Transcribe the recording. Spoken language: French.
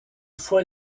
fois